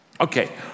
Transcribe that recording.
Okay